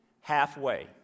halfway